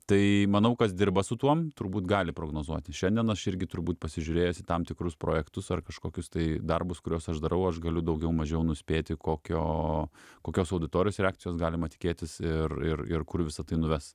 tai manau kas dirba su tuom turbūt gali prognozuoti šiandien aš irgi turbūt pasižiūrėjęs į tam tikrus projektus ar kažkokius tai darbus kuriuos aš darau aš galiu daugiau mažiau nuspėti kokio kokios auditorijos reakcijos galima tikėtis ir ir ir kur visa tai nuves